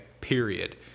period